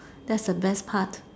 that's the best part